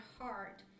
heart